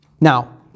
Now